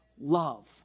love